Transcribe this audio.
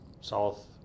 south